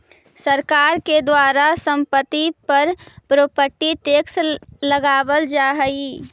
सरकार के द्वारा संपत्तिय पर प्रॉपर्टी टैक्स लगावल जा हई